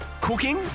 Cooking